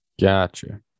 Gotcha